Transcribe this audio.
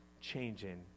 changing